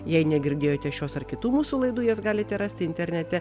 jei negirdėjote šios ar kitų mūsų laidų jas galite rasti internete